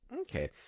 Okay